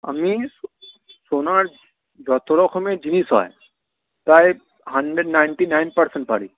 আমি সোনার যত রকমের জিনিস হয় প্রায় হানড্রেড নাইনটি নাইন পারসেন্ট পারি